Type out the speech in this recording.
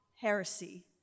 heresy